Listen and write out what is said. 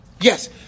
Yes